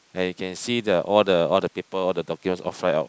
and you can see the all the all the paper all the documents all fly out